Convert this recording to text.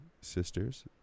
sisters